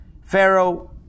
pharaoh